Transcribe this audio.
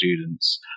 students